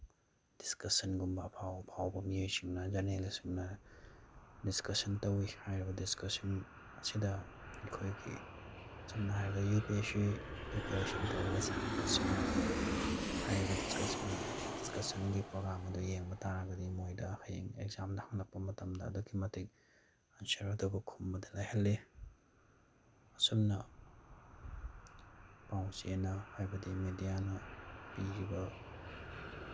ꯗꯤꯁꯀꯁꯟꯒꯨꯝꯕ ꯑꯐꯥꯎ ꯑꯐꯥꯎꯕ ꯃꯤꯑꯣꯏꯁꯤꯡꯅ ꯖꯔꯅꯦꯂꯤꯁꯁꯤꯡꯅ ꯗꯤꯁꯀꯁꯟ ꯇꯧꯋꯤ ꯍꯥꯏꯔꯤꯕ ꯗꯤꯁꯀꯁꯟ ꯑꯁꯤꯗ ꯑꯩꯈꯣꯏꯒꯤ ꯁꯝꯅ ꯍꯥꯏꯔꯕꯗꯤ ꯌꯨ ꯄꯤ ꯑꯦꯁꯁꯤ ꯄ꯭ꯔꯤꯄꯔꯦꯁꯟ ꯇꯧꯔꯤꯕ ꯁꯥꯇ꯭ꯔꯁꯤꯡꯅ ꯍꯥꯏꯔꯤꯕ ꯗꯤꯁꯀꯁꯟ ꯗꯤꯁꯀꯁꯟꯒꯤ ꯄ꯭ꯔꯣꯒ꯭ꯔꯥꯝ ꯑꯗꯨ ꯌꯦꯡꯕ ꯇꯥꯔꯒꯗꯤ ꯃꯣꯏꯗ ꯍꯌꯦꯡ ꯑꯦꯛꯖꯥꯝꯗ ꯍꯪꯉꯛꯄ ꯃꯇꯝꯗ ꯑꯗꯨꯛꯀꯤ ꯃꯇꯤꯛ ꯑꯟꯁꯔ ꯑꯗꯨꯕꯨ ꯈꯨꯝꯕꯗ ꯂꯥꯏꯍꯜꯂꯤ ꯑꯁꯨꯝꯅ ꯄꯥꯎ ꯆꯦꯅ ꯍꯥꯏꯕꯗꯤ ꯃꯦꯗꯤꯌꯥꯅ ꯄꯤꯔꯤꯕ